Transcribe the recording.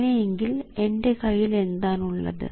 അങ്ങനെയെങ്കിൽ എൻറെ കയ്യിൽ എന്താണുള്ളത്